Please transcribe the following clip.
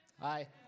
Hi